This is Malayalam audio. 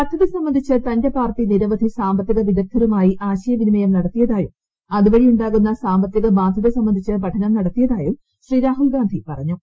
പദ്ധതി സംബന്ധിച്ച് തന്റെ പാർട്ടി നിരവധി സാമ്പത്തിക വിദഗ്ധരുമായി ആശയ വിനിമയം നടത്തിയതായും അതുവഴി ഉ ാകുന്ന സാമ്പത്തിക ബാധ്യത സംബന്ധിച്ച് പഠനം നടത്തിയതായും ശ്രീ രാഹുൽഗാന്ധി പറഞ്ഞു